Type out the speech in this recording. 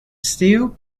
steel